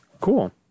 Cool